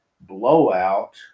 blowout